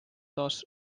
taas